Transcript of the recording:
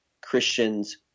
Christians